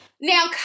now